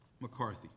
McCarthy